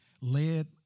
led